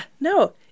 no